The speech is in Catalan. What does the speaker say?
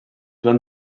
van